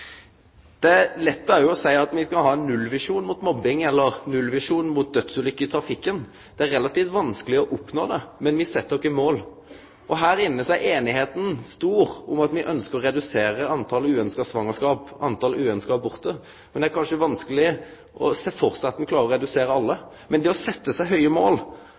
Det er òg lett å seie at me skal ha ein nullvisjon mot mobbing eller ein nullvisjon mot dødsulykker i trafikken. Det er relativt vanskeleg å oppnå det, men me set oss mål. Her inne er einigheita stor om at me ønskjer å redusere talet på uønskte svangerskap, talet på uønskte abortar, men det er kanskje vanskeleg å sjå for seg at ein klarer å unngå alle. Men det å setje seg høge mål trur eg er viktig – å tore setje seg mål